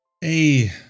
Hey